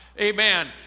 amen